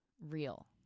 real